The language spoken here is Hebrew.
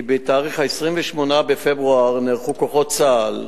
עולה כי ב-28 בפברואר נערכו כוחות צה"ל,